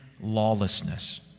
lawlessness